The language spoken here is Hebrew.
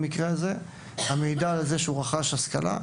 במקרה הזה; המידע על כך שהוא רכש השכלה.